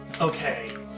Okay